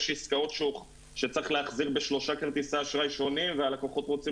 יש עסקאות שצריך להחזיר בשלושה כרטיסי אשראי שונים והלקוחות רוצים